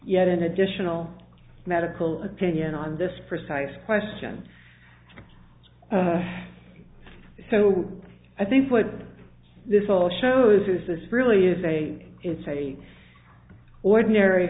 yet an additional medical opinion on this precise question so i think what this all shows is this really is a it's a ordinary